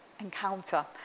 encounter